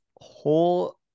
whole